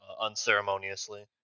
unceremoniously